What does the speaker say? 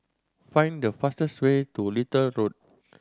find the fastest way to Little Road